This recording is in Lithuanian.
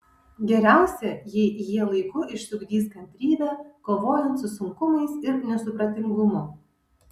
geriausia jei jie laiku išsiugdys kantrybę kovojant su sunkumais ir nesupratingumu